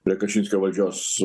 prie kašinskio valdžios